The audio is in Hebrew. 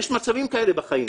יש מצבים כאלה בחיים.